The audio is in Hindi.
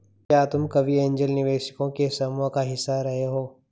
क्या तुम कभी ऐन्जल निवेशकों के समूह का हिस्सा रहे हो?